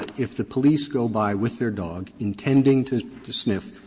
if the police go by with their dog intending to to sniff,